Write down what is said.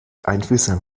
einfühlsam